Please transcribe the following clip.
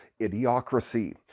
Idiocracy